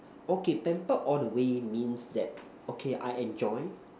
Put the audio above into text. okay pampered all the way means that okay I enjoy